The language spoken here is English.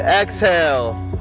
exhale